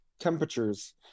temperatures